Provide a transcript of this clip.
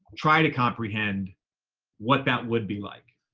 try to comprehend what that would be like.